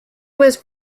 was